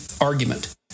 argument